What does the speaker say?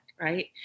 right